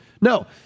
No